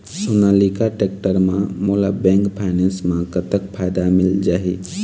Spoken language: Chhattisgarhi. सोनालिका टेक्टर म मोला बैंक फाइनेंस म कतक फायदा मिल जाही?